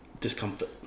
discomfort